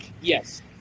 Yes